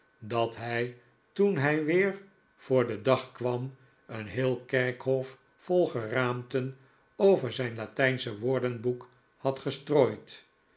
dat hij toen hij weer voor den dag kwam een heel kerkhof vol geraamten over zijn latijnsche woordenboek had gestrooid